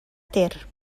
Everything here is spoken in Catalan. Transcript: ter